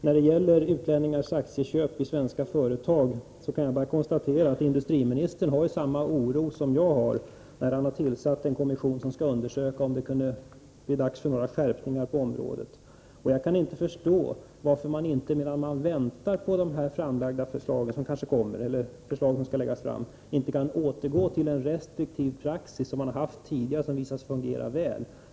När det gäller utlänningars aktieköp i svenska företag kan jag bara konstatera att industriministern hyser samma oro som jag när han tillsatt en kommission som skall undersöka om det kunde vara dags för skärpning på området. Jag kan inte förstå varför man inte, medan man väntar på förslag som eventuellt skall läggas fram, kan återgå till den restriktiva praxis som vi haft tidigare och som visat sig fungera väl.